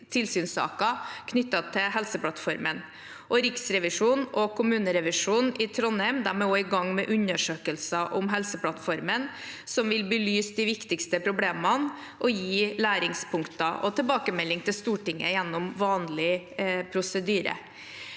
tilsynssaker knyttet til Helseplattformen. Riksrevisjonen og kommunerevisjonen i Trondheim er også i gang med undersøkelser om Helseplattformen som vil belyse de viktigste problemene, og gi læringspunkter og tilbakemelding til Stortinget gjennom vanlige prosedyrer.